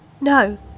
No